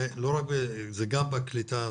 זה גם בקליטה,